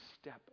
step